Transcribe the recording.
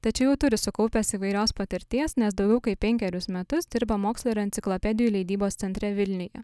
tačiau jau turi sukaupęs įvairios patirties nes daugiau kaip penkerius metus dirba mokslo ir enciklopedijų leidybos centre vilniuje